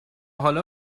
حالا